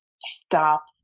Stop